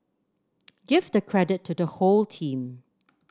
give the credit to the whole team